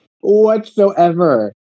whatsoever